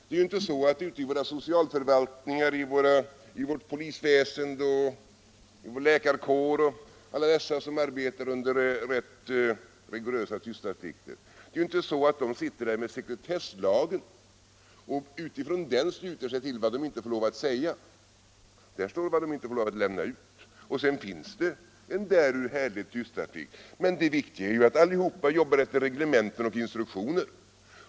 Det är inte så att man i våra socialförvaltningar, i vårt polisväsende, i vår läkarkår och i alla andra sammanhang där man arbetar under rätt rigorösa tystnadsplikter, med ledning av sekretesslagen sluter sig till vad man inte får säga. Där står vad de inte får lämna ut, och dessutom finns en därur härledd tystnadsplikt. Men det viktiga är ju att alla arbetar efter skriftliga reglementen och instruktioner.